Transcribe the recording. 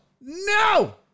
No